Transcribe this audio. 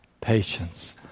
patience